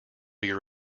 your